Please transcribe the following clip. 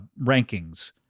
rankings